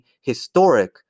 historic